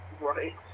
Right